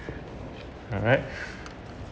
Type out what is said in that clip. alright